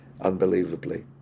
unbelievably